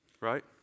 right